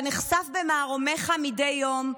אתה נחשף במערומיך מדי יום,